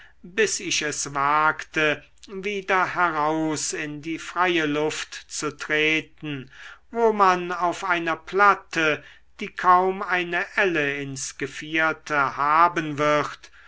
bis ich es wagte wieder heraus in die freie luft zu treten wo man auf einer platte die kaum eine elle ins gevierte haben wird